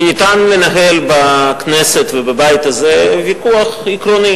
כי אפשר לנהל בכנסת ובבית הזה ויכוח עקרוני